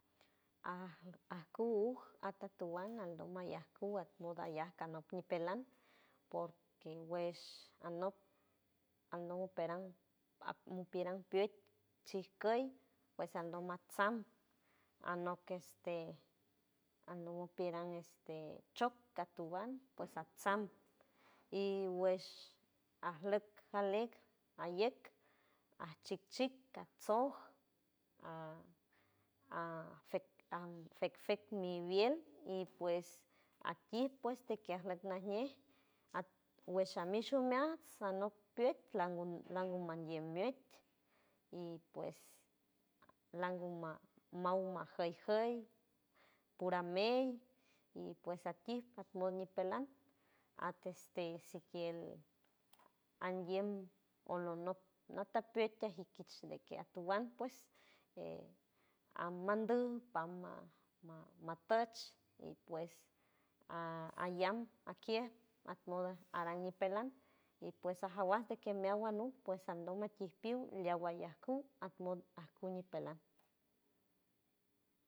Aaj acu uj atotowand aldo maya cu at moda ayak canok nipeland porque guesh anok anok niperant ap niperan piet chi koy pues atno matsam anok este anow piran este chok atuwand pues atsam y wesh arlok alej ayek achic chik catso a a fec an fec fec mivield y pues akit pues de que alok najñe at wesha mishu meats anok peat langun langun meande miet y pues langu ma maw jeyjey pura mey y pues akiu almun nipeland ateste sikield anguield olonok noto piet tiji kich de que atowand pues este amandu pama ma mapech y pues a ayam akier atmoda aran nipeland y pues ajawas de que meawand un y pues aldon makipiu leagua yaku atmon acuñi peland.